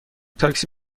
تاکسی